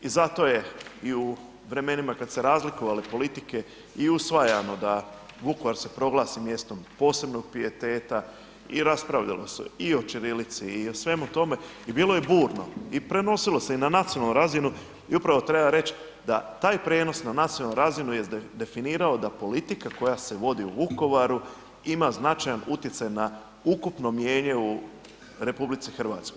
I zato je i u vremenima kad su se razlikovale politike i usvajano da Vukovar se proglasi mjestom posebnog pijeteta i raspravljalo se i o ćirilici i o svemu tome i bilo je burno i prenosilo se i na nacionalnu razinu i upravo treba reći da taj prijenos na nacionalnu razinu jest definirao da politika koja se vodi u Vukovaru ima značajan utjecaj na ukupno mnijenje u RH.